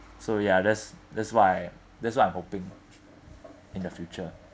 so ya that's that's what I that's what I'm hoping in the future